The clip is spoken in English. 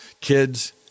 kids